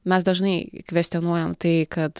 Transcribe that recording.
mes dažnai kvestionuojam tai kad